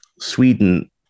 Sweden